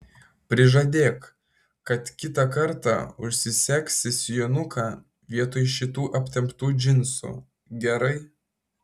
prižadėk kad kitą kartą užsisegsi sijonuką vietoj šitų aptemptų džinsų gerai